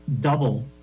double